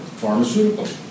pharmaceuticals